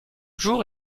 jour